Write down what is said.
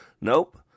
Nope